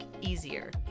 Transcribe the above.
easier